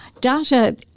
Data